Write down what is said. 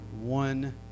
one